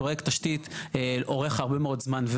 פרויקט תשתית אורך הרבה מאוד זמן.